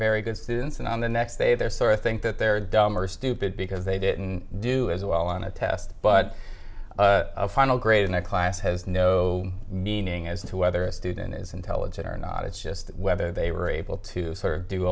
very good students and on the next day they're so i think that they're dumb or stupid because they didn't do as well on a test but a final grade in a class has no meaning as to whether a student is intelligent or not it's just whether they were able to sort of do